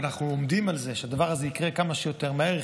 ואנחנו עומדים על זה שהדבר הזה יקרה כמה שיותר מהר,